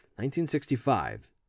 1965